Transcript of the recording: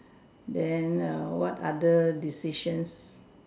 then err what other decisions